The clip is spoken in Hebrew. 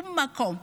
בשום מקום.